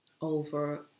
over